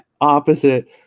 opposite –